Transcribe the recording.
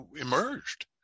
emerged